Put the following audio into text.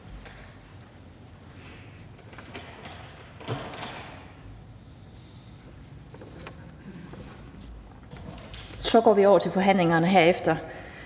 Så går vi over til forhandlingerne og de